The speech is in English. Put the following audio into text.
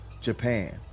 Japan